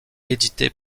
édité